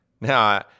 Now